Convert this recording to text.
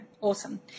awesome